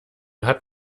hat